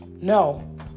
No